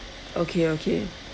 okay okay